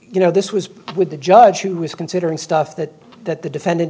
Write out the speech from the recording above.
you know this was with the judge who was considering stuff that that the defendant